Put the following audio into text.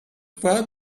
pas